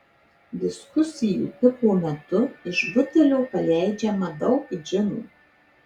diskusijų piko metu iš butelio paleidžiama daug džinų